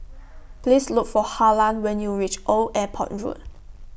Please Look For Harlan when YOU REACH Old Airport Road